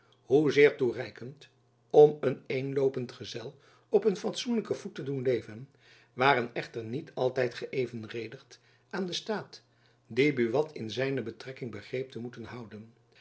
hoezeer toereikend om een eenloopend gezel op een fatsoenlijken voet te doen leven waren echter niet altijd geëvenredigd aan den staat dien buat in zijne betrekking begreep te moeten houden